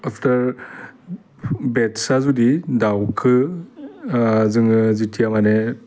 after बेटसा जुदि दाउखो जोङो जिथिया माने